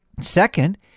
Second